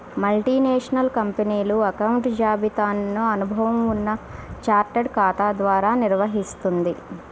multinational కంపెనీలు అకౌంట్ల జాబితాను అనుభవం ఉన్న చార్టెడ్ ఖాతా ద్వారా నిర్వహిత్తుంది